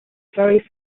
very